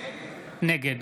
נגד